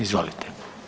Izvolite.